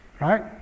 Right